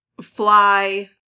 fly